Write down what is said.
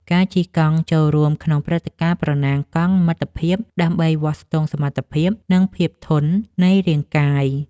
ការជិះកង់ចូលរួមក្នុងព្រឹត្តិការណ៍ប្រណាំងកង់មិត្តភាព ដើម្បីវាស់ស្ទង់សមត្ថភាព និងភាពធន់នៃរាងកាយ។